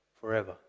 forever